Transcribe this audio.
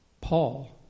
Paul